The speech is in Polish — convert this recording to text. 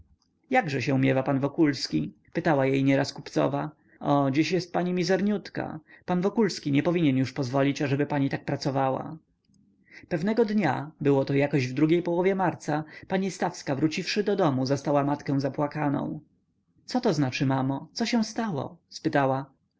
jakże się miewa pan wokulski pytała jej nieraz kupcowa o dziś jest pani mizerniutka pan wokulski nie powinien już pozwolić ażeby pani tak pracowała pewnego dnia było to jakoś w drugiej połowie marca pani stawska wróciwszy do domu zastała matkę zapłakaną coto znaczy mamo co się stało spytała